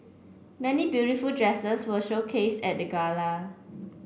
many beautiful dresses were showcased at the gala